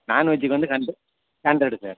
non veg வந்து ஹண் hundred sir